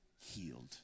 healed